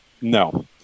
No